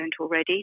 already